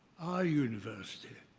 ah university.